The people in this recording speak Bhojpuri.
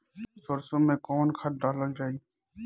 सरसो मैं कवन खाद डालल जाई?